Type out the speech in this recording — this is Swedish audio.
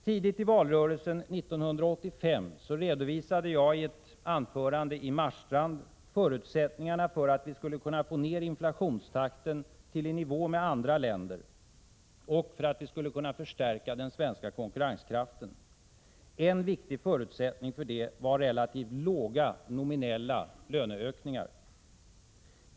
Tidigt i valrörelsen 1985 redovisade jag i ett anförande i Marstrand förutsättningarna för att vi skulle kunna få ned inflationstakten i nivå med andra länder och förstärka den svenska konkurrenskraften. En viktig förutsättning för det var relativt låga nominella löneökningar.